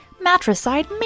Matricide